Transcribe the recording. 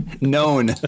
known